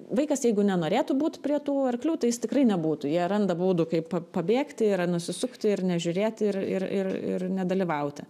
vaikas jeigu nenorėtų būt prie tų arklių tai jis tikrai nebūtų jie randa būdų kaip pabėgti yra nusisukti ir nežiūrėt ir ir ir nedalyvauti